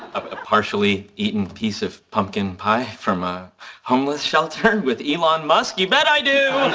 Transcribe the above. a partially eaten piece of pumpkin pie from a homeless shelter with elon musk? you bet i do.